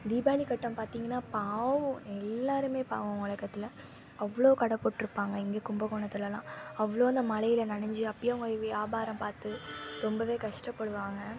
தீபாவளி கட்டம் பார்த்திங்கனா பாவம் எல்லோருமே பாவம் உலகத்தில் அவ்வளோ கடை போட்டிருப்பாங்க இங்கே கும்பகோணத்திலலாம் அவ்வளோவும் அந்த மழையில நனைஞ்சி அப்பயும் அவங்க வியாபாரம் பார்த்து ரொம்ப கஷ்டப்படுவாங்க